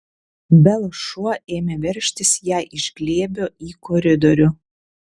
belos šuo ėmė veržtis jai iš glėbio į koridorių